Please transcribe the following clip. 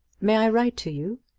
may i write to you?